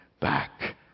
back